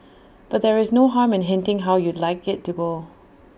but there is no harm in hinting how you'd like IT to go